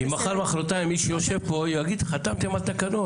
כי מחר-מחרתיים מי שישב פה יגיד: חתמתם על תקנות,